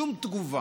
שום תגובה,